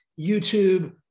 YouTube